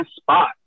spot